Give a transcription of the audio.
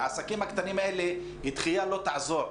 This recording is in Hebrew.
לעסקים הקטנים האלה דחייה לא תעזור,